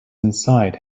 inside